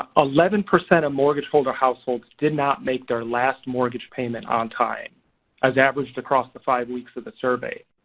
ah eleven percent of mortgage holder households did not make their last mortgage payment on time as averaged across the five weeks of the survey.